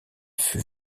fut